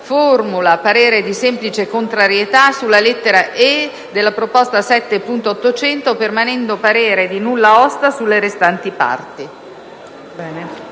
formula parere di semplice contrarietà sulla lettera *e)* della proposta 7.800, permanendo parere di nulla osta sulle restanti parti».